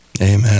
Amen